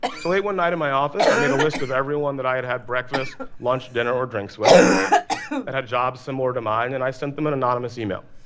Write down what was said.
so late one night at my office, i made a list of everyone that i had had breakfast, lunch, dinner or drinks with that had jobs similar to mine, and i sent them an anonymous email.